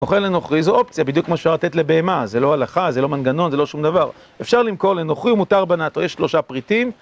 מוכר לנוכרי זו אופציה, בדיוק כמו שאפשר לתת לבהמה, זה לא הלכה, זה לא מנגנון, זה לא שום דבר אפשר למכור לנוכרי, הוא מותר בנאטו, יש שלושה פריטים